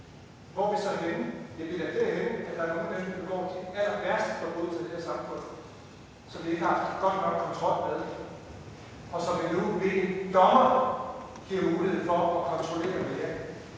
vi er da derhenne, hvor der er nogle mennesker, der begår de allerværste forbrydelser i det her samfund, som vi ikke har haft god nok kontrol med, og som vi nu ved en dommer giver mulighed for at vi kan kontrollere mere.